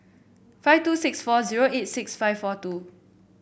five two six four zero eight six five four two